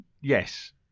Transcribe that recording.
Yes